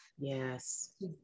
Yes